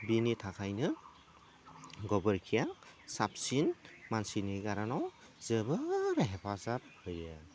बिनि थाखायनो गोबोरखिया साबसिन मानसिनि कारनाव जोबोद हेफाजाब होयो